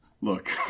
Look